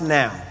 now